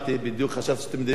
חשבתי שאתם דנים ביניכם.